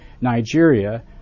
Nigeria